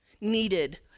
needed